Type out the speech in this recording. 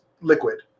liquid